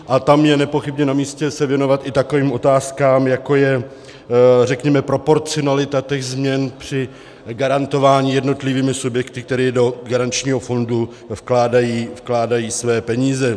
A tam je nepochybně namístě se věnovat i takovým otázkám, jako je řekněme proporcionalita těch změn při garantování jednotlivými subjekty, které do garančního fondu vkládají své peníze.